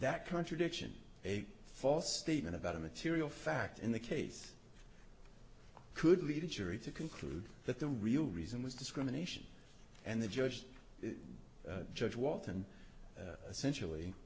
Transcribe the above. that contradiction a false statement about a material fact in the case could lead injury to conclude that the real reason was discrimination and the judge judge walton essentially